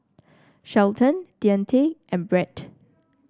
Shelton Deante and Brett